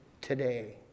today